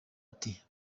ati